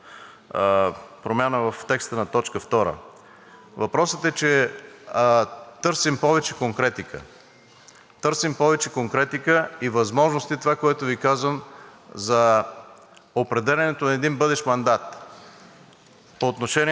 Търсим повече конкретика и възможности това, което Ви казвам, за определянето на един бъдещ мандат по отношение на това какво Министерският съвет трябва да извърши и какво да не извърши. В търсенето на тази конкретика може да помислим както за